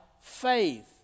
faith